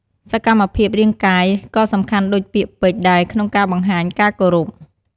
សកម្មភាពរាងកាយក៏សំខាន់ដូចពាក្យពេចន៍ដែរក្នុងការបង្ហាញការគោរព។